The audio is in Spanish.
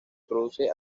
produce